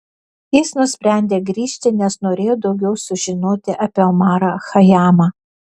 jis nusprendė grįžti nes norėjo daugiau sužinoti apie omarą chajamą